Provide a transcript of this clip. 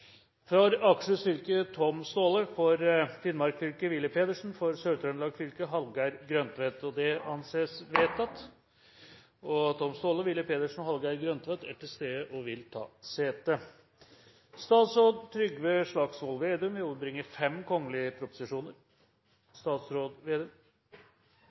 For Akershus fylke: Tom Staahle For Finnmark fylke: Willy Pedersen For Sør-Trøndelag fylke: Hallgeir Grøntvedt Tom Staahle, Willy Pedersen og Hallgeir Grøntvedt er til stede og vil ta sete.